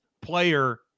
player